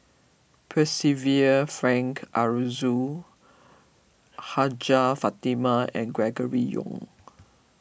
Percival Frank Aroozoo Hajjah Fatimah and Gregory Yong